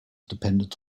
dependent